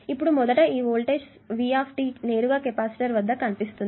ఇప్పుడు మొదట ఈ వోల్టేజ్ V నేరుగా కెపాసిటర్ వద్ద కనిపిస్తుంది